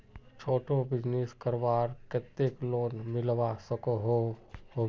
छोटो बिजनेस करवार केते लोन मिलवा सकोहो होबे?